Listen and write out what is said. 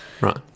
right